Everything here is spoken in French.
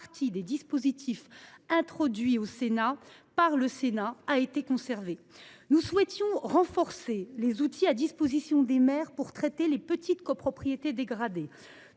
des dispositifs introduits par le Sénat. Nous souhaitions renforcer les outils à disposition des maires pour traiter les petites copropriétés dégradées.